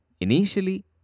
Initially